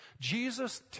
Jesus